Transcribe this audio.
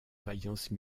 vaillance